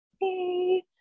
hey